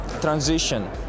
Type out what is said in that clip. transition